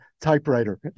typewriter